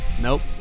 Nope